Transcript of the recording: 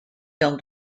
film